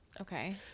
Okay